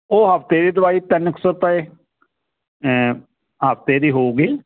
ਉਹ ਹਫ਼ਤੇ ਦੀ ਦਵਾਈ ਤਿੰਨ ਕੁ ਸੌ ਰੁਪਏ ਹਫ਼ਤੇ ਦੀ ਹੋਊਗੀ